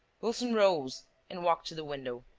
wilson rose and walked to the window.